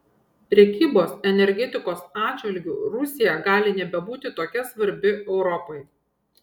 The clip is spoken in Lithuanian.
prekybos energetikos atžvilgiu rusija gali nebebūti tokia svarbi europai